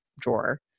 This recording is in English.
drawer